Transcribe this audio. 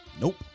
Nope